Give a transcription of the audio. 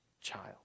child